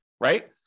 right